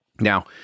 Now